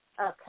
Okay